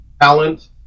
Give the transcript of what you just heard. talent